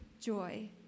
joy